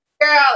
Girl